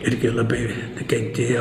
irgi labai nukentėjo